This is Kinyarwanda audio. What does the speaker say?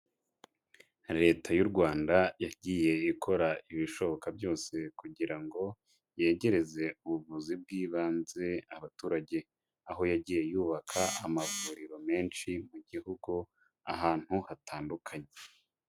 Leta y'u Rwanda yagiye ikora ibishoboka byose kugira ngo yegereze ubuvuzi bw'ibanze abaturage, aho yagiye yubaka amavuriro menshi mu gihugu ahantu hatandukanye.